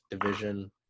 division